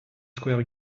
square